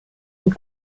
und